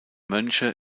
mönche